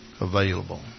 available